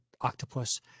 octopus